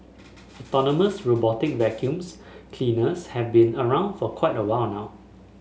autonomous robotic vacuums cleaners have been around for a while now